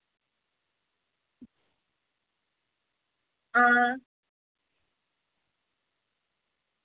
आं